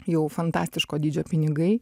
jau fantastiško dydžio pinigai